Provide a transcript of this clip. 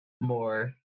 more